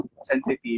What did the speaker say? sensitive